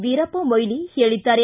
ವೀರಪ್ಪಮೊಯ್ಲಿ ಹೇಳಿದ್ದಾರೆ